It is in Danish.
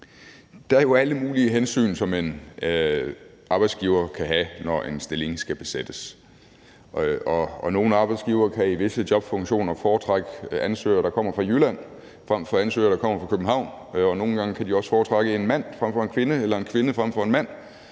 er jo alle mulige hensyn, som en arbejdsgiver kan tage, når en stilling skal besættes. Nogle arbejdsgivere kan til visse jobfunktioner foretrække ansøgere, der kommer fra Jylland, frem for ansøgere, der kommer fra København. Og nogle gange kan de også foretrække en mand frem for en kvinde eller en kvinde frem for en mand.